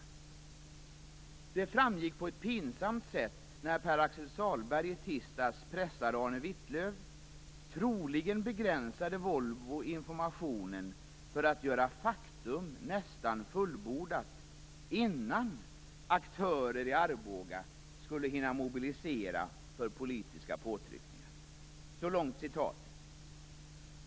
Det framgick på ett pinsamt sätt när Pär-Axel Sahlberg i tisdags pressade Arne Wittlöv. Troligen begränsade Volvo informationen för att göra faktum nästan fullbordat, innan aktörer i Arboga skulle hinna mobilisera för politiska påtryckningar.